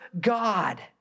God